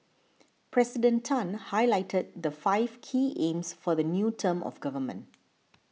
President Tan highlighted the five key aims for the new term of government